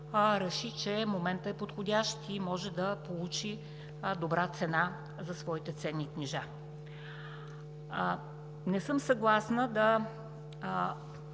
реши, че моментът е подходящ и може да получи добра цена за своите ценни книжа. Не съм съгласна да